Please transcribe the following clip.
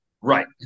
Right